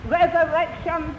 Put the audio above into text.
resurrection